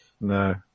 No